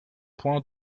point